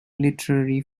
literary